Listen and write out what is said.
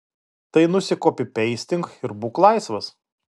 tai nusikopipeistink ir būk laisvas